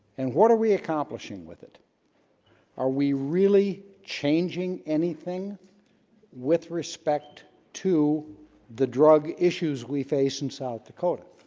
and what are we accomplishing with it are we really changing anything with respect to the drug issues we face in south dakota